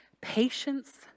patience